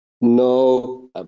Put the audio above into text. no